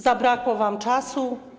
Zabrakło wam czasu?